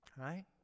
right